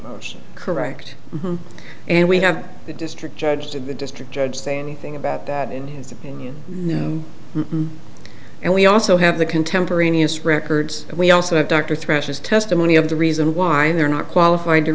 motion correct and we have the district judge to the district judge say anything about that in his opinion and we also have the contemporaneous records and we also have dr thrashes testimony of the reason why they're not qualified to